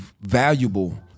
valuable